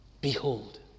behold